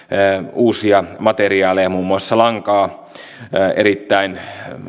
uusia materiaaleja muun muassa lankaa erittäin